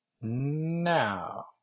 Now